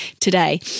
today